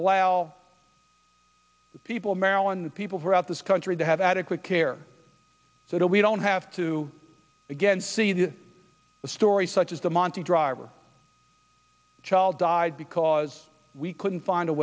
the people of maryland people throughout this country to have adequate care so that we don't have to again see a story such as the monte driver child died because we couldn't find a